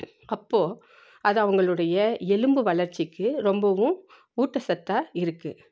அப்போது அது அவர்களுடைய எலும்பு வளர்ச்சிக்கு ரொம்பவும் ஊட்டசத்தாக இருக்குது